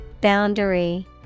Boundary